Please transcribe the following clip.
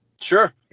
Sure